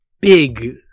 big